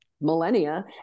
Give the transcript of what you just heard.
millennia